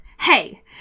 hey